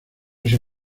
ese